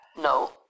No